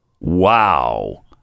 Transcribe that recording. Wow